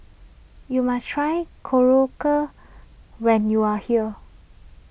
you must try Korokke when you are here